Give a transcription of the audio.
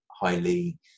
highly